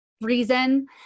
reason